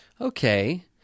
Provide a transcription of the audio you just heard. Okay